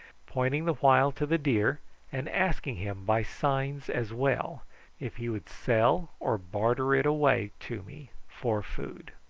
pointing the while to the deer and asking him by signs as well if he would sell or barter it away to me for food.